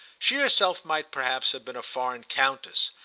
she herself might perhaps have been a foreign countess,